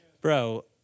bro